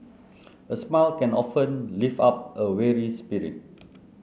a smile can often lift up a weary spirit